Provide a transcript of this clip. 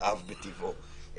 נלהב מטבעו.